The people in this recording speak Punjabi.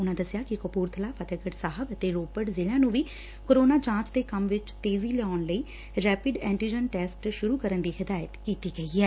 ਉਨੂਾ ਦਸਿਆ ਕਿ ਕਪੂਰਬਲਾ ਫਤਹਿਗੜ੍ ਸਾਹਿਬ ਅਤੇ ਰੋਪੜ ਜ਼ਿਲੁਿਆ ਨੂੰ ਵੀ ਕੋਰੋਨਾ ਜਾਂਚ ਦੇ ਕੰਮ ਵਿਚ ਤੇਜੀਂ ਲਿਆਣ ਲਈ ਰੈਪਿਟ ਐਂਟੀਜਨ ਟੈਸਟ ਸੁਰੂ ਕਰਨ ਦੀ ਹਦਾਇਤ ਕੀਤੀ ਗਈ ਐ